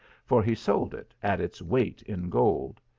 for he sold it at its weight in gold.